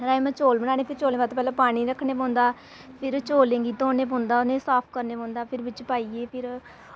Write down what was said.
राजमाह् चौल बनाने ते चौलें आस्तै पैह्ले पानी रक्खने पौंदा फिर चौलें गी धोना पौंदा उ'नें गी साफ करना पौंदा फिर बिच्च पाइयै